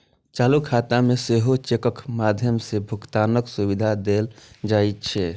चालू खाता मे सेहो चेकक माध्यम सं भुगतानक सुविधा देल जाइ छै